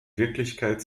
wirklichkeit